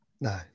No